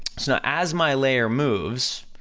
so now as my layer moves,